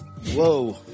Whoa